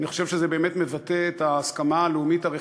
אני חושב שזה באמת מבטא את ההסכמה הרחבה